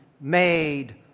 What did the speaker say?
made